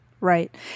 Right